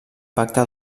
pactar